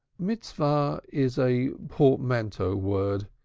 mitzvah is a portmanteau-word.